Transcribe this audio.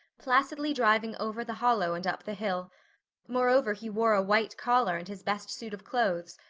placidly driving over the hollow and up the hill moreover, he wore a white collar and his best suit of clothes,